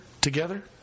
together